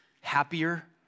happier